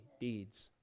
deeds